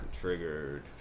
triggered